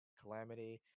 calamity